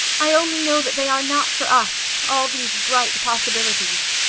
i only know that they are not for us all these bright possibilities.